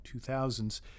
2000s